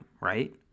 right